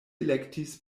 elektis